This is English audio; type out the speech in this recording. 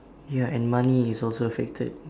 ya and money is also affected